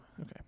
Okay